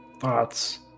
thoughts